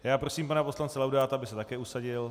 Já prosím pana poslance Laudáta, aby se také usadil.